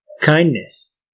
Kindness